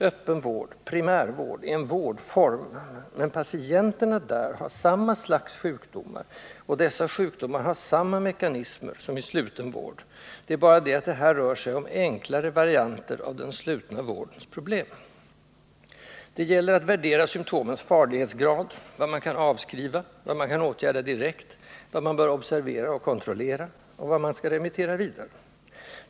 Öppen vård, primärvård, är en vårdform, men patienterna där har samma slags sjukdomar, och dessa sjukdomar har samma mekanismer som i sluten vård — det är bara det att det här rör sig om enklare varianter av den slutna vårdens problem. Det gäller att värdera symtomens farlighetsgrad; vad man kan avskriva, vad man kan åtgärda direkt, vad man bör observera och kontrollera, och vad man skall remittera vidare.